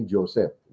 Joseph